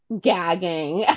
gagging